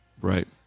Right